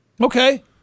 Okay